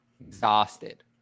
exhausted